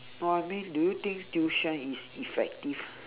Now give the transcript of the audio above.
no I mean do you think tuition is effective